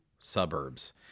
suburbs